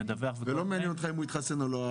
יקבל 100%. ולא מעניין אם הוא התחסן או לא?